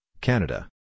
Canada